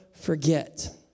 forget